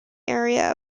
area